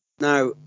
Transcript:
Now